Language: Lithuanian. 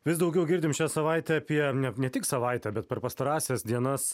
vis daugiau girdim šią savaitę apie ne ne tik savaitę bet per pastarąsias dienas